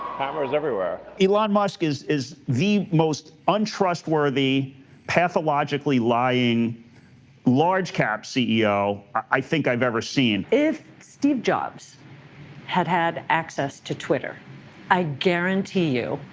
cameras everywhere. elon musk is is the most untrustworthy pathologically lying large cap ceo i think i've ever seen. if steve jobs had, had access access to twitter i guarantee you,